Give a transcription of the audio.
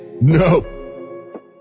No